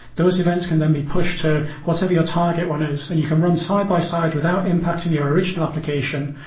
those events can then be pushed to whatever your target one is and you can run side by side without impacting your original application.